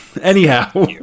Anyhow